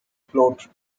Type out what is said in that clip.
float